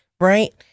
Right